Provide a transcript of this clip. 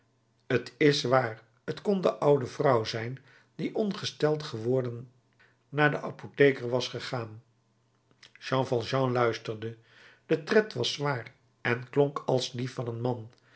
t is waar t kon de oude vrouw zijn die ongesteld geworden naar den apotheker was gegaan jean valjean luisterde de tred was zwaar en klonk als die van een man